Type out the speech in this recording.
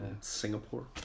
Singapore